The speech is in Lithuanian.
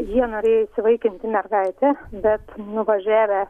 jie norėjo įsivaikinti mergaitę bet nuvažiavę